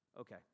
Okay